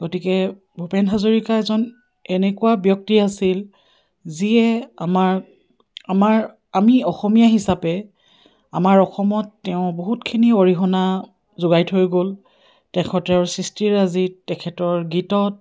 গতিকে ভূপেন হাজৰিকা এজন এনেকুৱা ব্যক্তি আছিল যিয়ে আমাৰ আমাৰ আমি অসমীয়া হিচাপে আমাৰ অসমত তেওঁ বহুতখিনি অৰিহণা যোগাই থৈ গ'ল তেখেতৰ সৃষ্টিৰাজীত তেখেতৰ গীতত